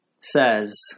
says